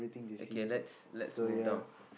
okay let's let's move down